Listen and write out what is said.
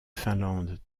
finlande